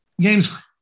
game's